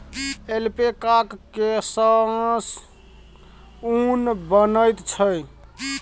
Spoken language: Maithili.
ऐल्पैकाक केससँ ऊन बनैत छै